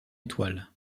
étoile